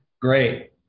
Great